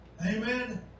Amen